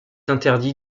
interdit